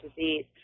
disease